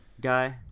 guy